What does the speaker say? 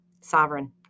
sovereign